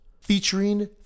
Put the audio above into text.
featuring